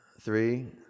three